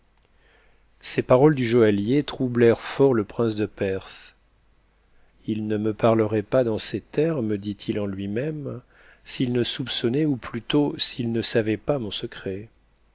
ces paroles du joaillier troublèrent fort le prince de perse il ne me parlerait pas dans ces termes dit-il en lui-même s'il ne soupçonnait ou plutôt s'il ne savait pas mon secret